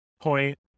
point